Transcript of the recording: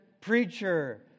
preacher